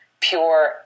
pure